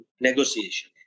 negotiation